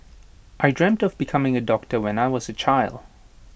I dreamt of becoming A doctor when I was A child